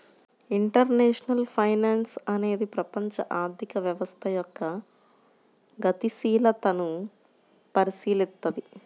international finance అనేది ప్రపంచ ఆర్థిక వ్యవస్థ యొక్క గతిశీలతను పరిశీలిత్తది